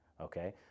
okay